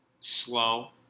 slow